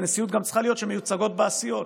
ונשיאות שיהיו מיוצגות בה הסיעות.